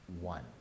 one